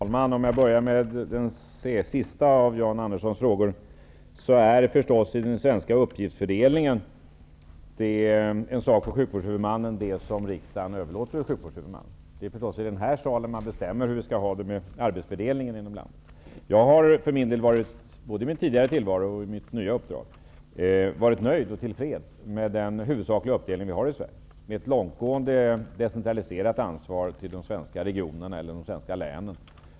Herr talman! Jag börjar med den fråga som Jan Andersson avslutade med. Enligt den svenska uppgiftsfördelningen är det som riksdagen överlåter åt sjukvårdshuvudmannen naturligtvis en sak för honom att sköta. Det är förstås i den här salen som det bestäms hur man skall ha det med arbetsfördelningen inom landet. För min del har jag, såväl under mitt tidigare som under mitt nuvarande uppdrag, varit nöjd och tillfreds med den arbetsfördelning som vi har i Sverige, en uppdelning som innebär ett långtgående decentraliserat ansvar för de svenska länen när det gäller sjukvården.